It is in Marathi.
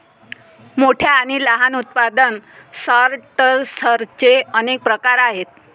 मोठ्या आणि लहान उत्पादन सॉर्टर्सचे अनेक प्रकार आहेत